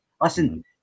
listen